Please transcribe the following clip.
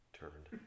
turned